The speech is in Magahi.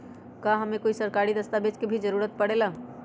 का हमे कोई सरकारी दस्तावेज के भी जरूरत परे ला?